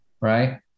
right